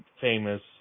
famous